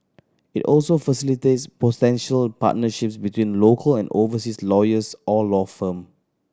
it also facilitates potential partnerships between local and overseas lawyers or law firm